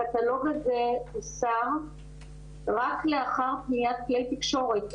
הקטלוג הזה הוסר רק לאחר פניית כלי תקשורת.